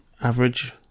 Average